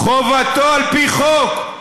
חובתו על-פי חוק.